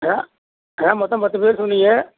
ஆ அதுதான் மொத்தம் பத்து பேர் சொன்னீங்க